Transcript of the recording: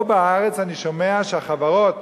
פה בארץ אני שומע שהחברות,